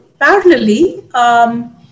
Parallelly